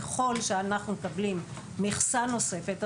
ככל שאנחנו מקבלים מכסה נוספת,